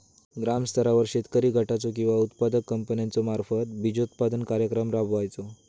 ग्रामस्तरावर शेतकरी गटाचो किंवा उत्पादक कंपन्याचो मार्फत बिजोत्पादन कार्यक्रम राबायचो?